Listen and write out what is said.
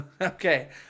Okay